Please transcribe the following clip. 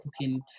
cooking